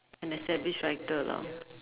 an established writer lah